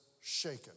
shaken